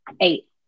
Eight